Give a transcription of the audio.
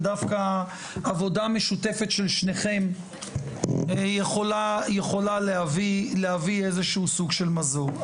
ודווקא העבודה המשותפת של שניכם יכולה להביא איזשהו סוג של מזור.